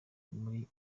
muri